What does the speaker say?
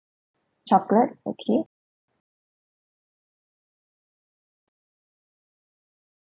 chocolate okay